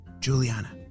Juliana